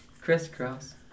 Crisscross